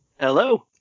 Hello